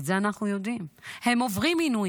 את זה אנחנו יודעים, הם עוברים עינויים.